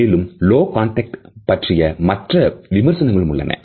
மேலும் low contact பற்றிய மற்ற விமர்சனங்களும் உள்ளன